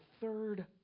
third